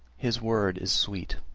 his word is sweet.